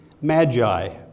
Magi